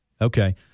Okay